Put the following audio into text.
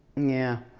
yeah,